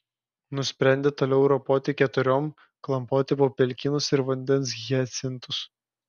nusprendė toliau ropoti keturiom klampoti po pelkynus ir vandens hiacintus